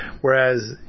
Whereas